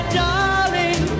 darling